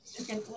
Okay